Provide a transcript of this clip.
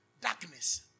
darkness